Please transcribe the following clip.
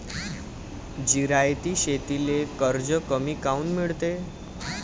जिरायती शेतीले कर्ज कमी काऊन मिळते?